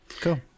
Cool